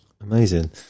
amazing